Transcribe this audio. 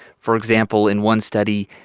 for example, in one study,